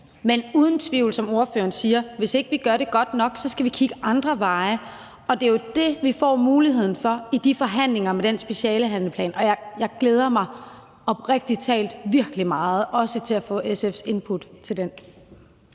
der ingen tvivl om, at vi, hvis ikke vi gør det godt nok, skal kigge på, om der er andre veje, og det er jo det, vi får muligheden for i forhandlingerne om specialeplanlægningen, og jeg glæder mig oprigtigt talt virkelig meget til også at få SF's input til det.